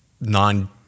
non